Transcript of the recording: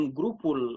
grupul